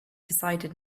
decided